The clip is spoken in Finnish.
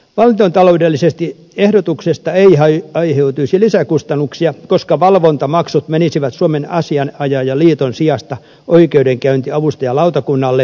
valtiontaloudellisesti ehdotuksesta ei aiheutuisi lisäkustannuksia koska valvontamaksut menisivät suomen asianajajaliiton sijasta oikeudenkäyntiavustajalautakunnalle